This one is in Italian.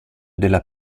della